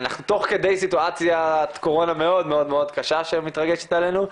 תוך כדי סיטואציית קורונה מאוד מאוד קשה שמתרגשת עלינו,